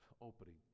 opening